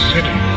City